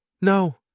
No